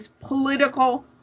political